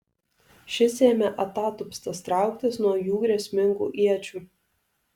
šis ėmė atatupstas trauktis nuo jų grėsmingų iečių